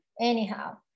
anyhow